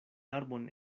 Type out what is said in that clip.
arbon